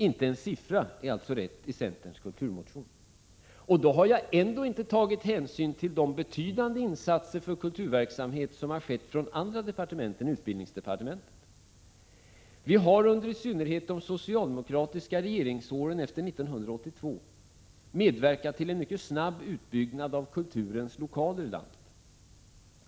Inte en siffra är alltså riktig i centerns kulturmotion. Jag har då inte tagit hänsyn till de betydande insatser för kulturverksamhet som har skett från andra departement än utbildningsdepartementet. Vi har under i synnerhet de socialdemokratiska regeringsåren efter 1982 medverkat till en mycket snabb utbyggnad av kulturens lokaler i landet.